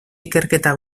ikerketa